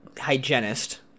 hygienist